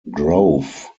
grove